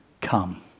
come